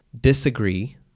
disagree